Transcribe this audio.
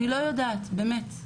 אני לא יודעת, באמת.